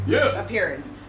appearance